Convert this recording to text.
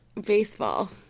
Baseball